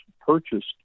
purchased